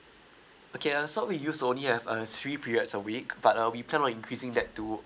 okay uh so we use only have a three periods a week but uh we plan what increasing that to